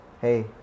hey